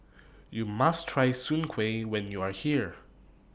YOU must Try Soon Kueh when YOU Are here